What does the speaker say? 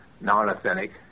non-authentic